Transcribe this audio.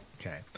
Okay